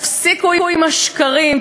"תפסיקו עם השקרים,